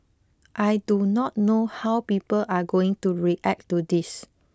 I do not know how people are going to react to this